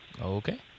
Okay